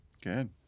Good